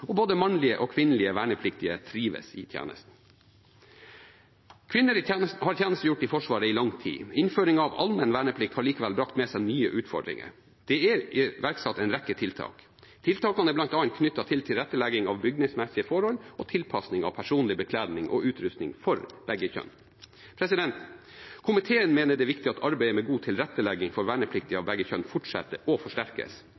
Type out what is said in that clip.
og både mannlige og kvinnelige vernepliktige trives i tjenesten. Kvinner har tjenestegjort i Forsvaret i lang tid. Innføringen av allmenn verneplikt har likevel brakt med seg nye utfordringer. Det er iverksatt en rekke tiltak. Tiltakene er bl.a. knyttet til tilrettelegging av bygningsmessige forhold og tilpasning av personlig bekledning og utrustning for begge kjønn. Komiteen mener det er viktig at arbeidet med god tilrettelegging for vernepliktige av begge kjønn fortsetter – og forsterkes.